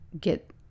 get